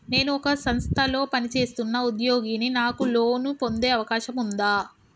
నేను ఒక సంస్థలో పనిచేస్తున్న ఉద్యోగిని నాకు లోను పొందే అవకాశం ఉందా?